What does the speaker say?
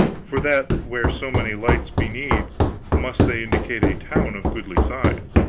for that where so many lights be needs must they indicate a town of goodly size.